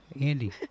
Andy